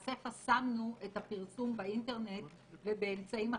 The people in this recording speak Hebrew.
למעשה חסמנו את הפרסום באינטרנט ובאמצעים אחרים,